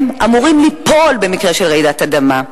הם אמורים ליפול במקרה של רעידת אדמה,